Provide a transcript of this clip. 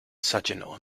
saginaw